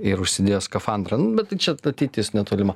ir užsidėjo skafandrą nu bet čia ateitis netolima